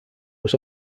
was